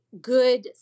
good